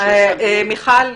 מיכל,